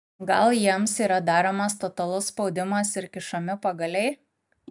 gal jiems yra daromas totalus spaudimas ir kišami pagaliai